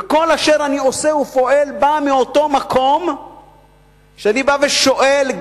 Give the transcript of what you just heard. וכל אשר אני עושה ופועל בא מאותו מקום שאני בא ושואל,